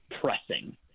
pressing